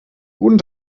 guten